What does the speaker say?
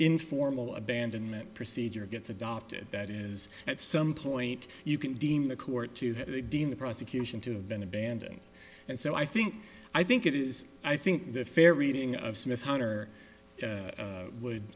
informal abandonment procedure gets adopted that is at some point you can deem the court to they deem the prosecution to have been abandoned and so i think i think it is i think the fair reading of some if hunter would